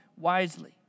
wisely